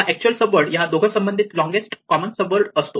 आपला actual sub word या दोघं संबंधित लोंगेस्ट कॉमन सब वर्ड असतो